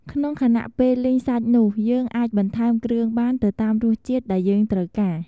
ក្នុងខណៈពេលលីងសាច់នោះយើងអាចបន្ថែមគ្រឿងបានទៅតាមរសជាតិដែលយើងត្រូវការ។